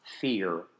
fear